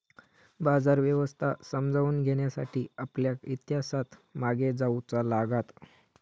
बाजार व्यवस्था समजावून घेण्यासाठी आपल्याक इतिहासात मागे जाऊचा लागात